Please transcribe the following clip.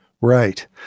Right